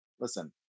listen